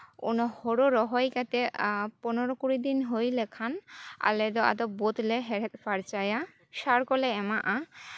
ᱚᱱᱟ ᱦᱳᱲᱳ ᱨᱚᱦᱚᱭ ᱠᱟᱛᱮ ᱟᱨ ᱯᱚᱱᱨᱚ ᱠᱩᱲᱤ ᱫᱤᱱ ᱦᱩᱭ ᱞᱮᱠᱷᱟᱱ ᱟᱞᱮ ᱫᱚ ᱟᱫᱚ ᱵᱟᱹᱫᱽᱞᱮ ᱦᱮᱲᱦᱮᱫ ᱯᱷᱟᱨᱪᱟᱭᱟ ᱥᱟᱨ ᱠᱚᱞᱮ ᱮᱢᱟᱜᱼᱟ